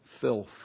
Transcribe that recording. filth